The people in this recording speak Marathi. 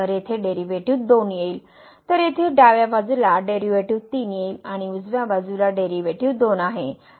तर येथे डेरीवेटीव 2 येईल तर तेथे डाव्या बाजूला डेरीवेटीव 3 येईल आणि उजव्या बाजूला डेरीवेटीव 2 आहे